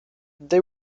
they